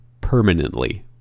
permanently